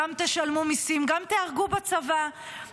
גם תשלמו מיסים, גם תיהרגו בצבא -- תודה רבה.